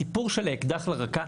הסיפור של האקדח לרקה,